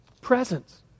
Presence